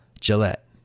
Gillette